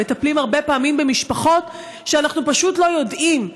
הם מטפלים הרבה פעמים במשפחות שאנחנו פשוט לא יודעים,